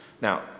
Now